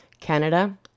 Canada